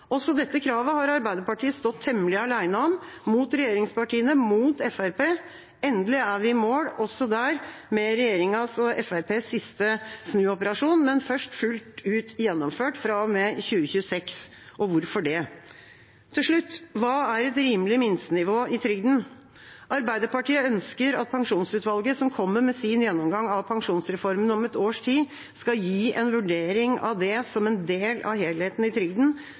Også dette kravet har Arbeiderpartiet stått temmelig alene om – mot regjeringspartiene og mot Fremskrittspartiet. Endelig er vi i mål også der med regjeringas og Fremskrittspartiets siste snuoperasjon, men først fullt ut gjennomført fra og med 2026 – hvorfor det? Til slutt: Hva er et rimelig minstenivå i trygden? Arbeiderpartiet ønsker at pensjonsutvalget, som kommer med sin gjennomgang av pensjonsreformen om et års tid, skal gi en vurdering av det som en del av helheten i